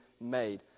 made